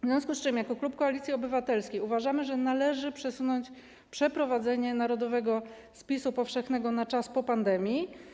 W związku z tym jako klub Koalicji Obywatelskiej uważamy, że należy przesunąć przeprowadzenie narodowego spisu powszechnego na czas po pandemii.